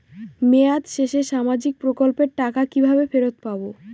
মেয়াদ শেষে সামাজিক প্রকল্পের টাকা কিভাবে ফেরত পাবো?